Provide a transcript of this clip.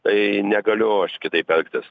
tai negaliu aš kitaip elgtis